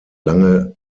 lange